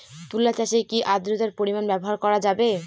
তুলা চাষে কি আদ্রর্তার পরিমাণ ব্যবহার করা যাবে?